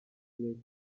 lake